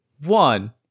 one